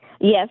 Yes